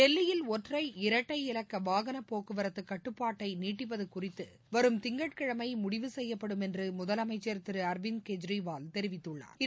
டெல்லியில் ஒற்றை இரட்டை இலக்க வாகன போக்குவரத்து கட்டுப்பாட்டை நீட்டிப்பது குறித்து வரும் திங்கட் கிழமை முடிவு செய்யப்படும் என்று முதலமைச்சா் திரு அரவிந்த் கெஜ்ரிவால் தெரிவித்துள்ளாா்